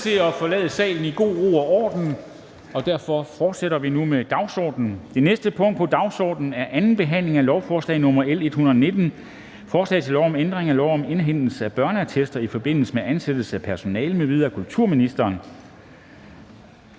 tid til at forlade salen i god ro og orden, og derfor fortsætter vi nu med dagsordenen. --- Det næste punkt på dagsordenen er: 26) 2. behandling af lovforslag nr. L 119: Forslag til lov om ændring af lov om indhentelse af børneattest i forbindelse med ansættelse af personale m.v. (Indførelse